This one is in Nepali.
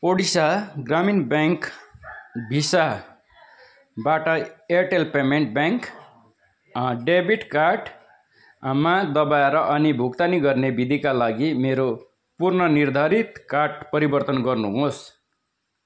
ओडिसा ग्रामीण ब्याङ्क भिसाबाट एयरटेल पेमेन्ट ब्याङ्क डेबिट कार्डमा दबाएर अनि भुक्तानी गर्ने विधिका लागि मेरो पूर्वनिर्धारित कार्ड परिवर्तन गर्नुहोस्